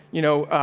you know,